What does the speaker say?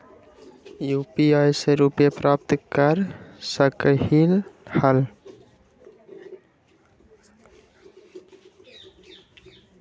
UPI से रुपए प्राप्त कर सकलीहल?